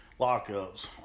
lockups